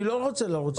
אני לא רוצה לרוץ איתו.